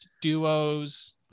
duos